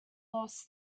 lost